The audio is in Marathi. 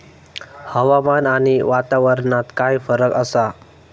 हवामान आणि वातावरणात काय फरक असा?